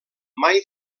mai